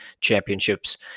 championships